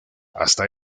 hasta